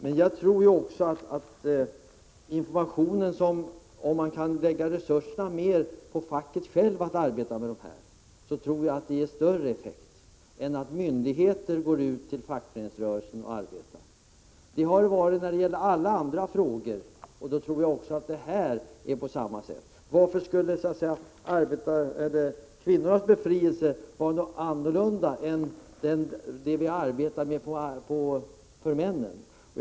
Men jag tror också att man kan ge mera resurser till facket för att detta självt skall kunna arbeta med detta. Jag tror att det ger större effekt än om myndigheter går ut och arbetar inom fackföreningsrörelsen. Så har varit förhållandet i alla andra sammanhang, och jag tror att det är på samma vis även här. På vilket sätt skulle arbete för kvinnors befrielse skilja sig från det arbete som vi bedriver med sikte på männen?